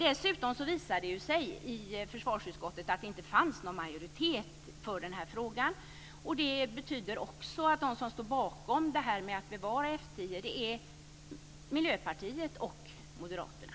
Dessutom visade det sig ju att det inte fanns någon majoritet för denna fråga i försvarsutskottet. Det betyder också att de som står bakom förslaget att bevara F 10 är Miljöpartiet och Moderaterna.